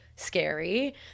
Scary